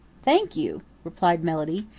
thank you, replied melody.